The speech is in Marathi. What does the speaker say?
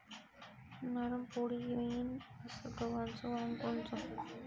नरम पोळी येईन अस गवाचं वान कोनचं?